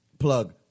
plug